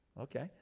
Okay